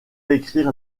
écrire